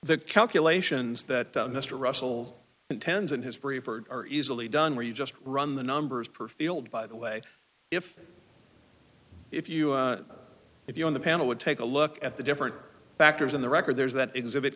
the calculations that mr russell intends in his preferred are easily done where you just run the numbers per field by the way if if you if you on the panel would take a look at the different factors in the record there's that exhibit